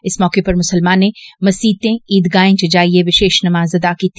इस मौके पर मुसलमानें मसीतें ईदगाहें च जाइयै बशेष नमाज अदा कीती